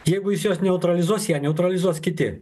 jeigu jis jos neutralizuos ją neutralizuos kiti